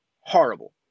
horrible